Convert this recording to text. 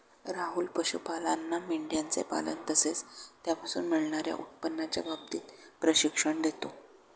राहुल पशुपालांना मेंढयांचे पालन तसेच त्यापासून मिळणार्या उत्पन्नाच्या बाबतीत प्रशिक्षण देतो